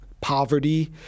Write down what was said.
poverty